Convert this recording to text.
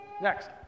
Next